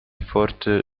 fort